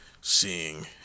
seeing